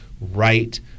right